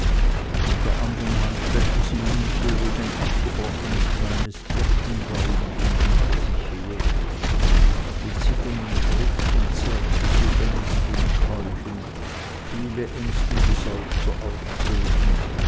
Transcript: mit der anderen hand schleppte sie mühselig ein abgebrochenes kleines birkenbäumchen hinter sich her mit zitternden schrittchen zerrte sie emsig und keuchend viele ängstliche seufzer ausstoßend